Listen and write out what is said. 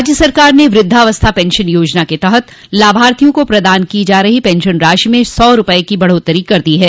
राज्य सरकार ने वृद्धावस्था पेंशन योजना के तहत लाभार्थियों को प्रदान की जा रही पेंशन राशि में सौ रूपये की बढ़ोत्तरी कर दी है